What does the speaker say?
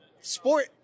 Sport